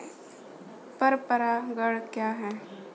पर परागण क्या है?